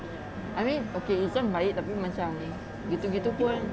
ya I mean okay izuan baik tapi macam gitu-gitu pun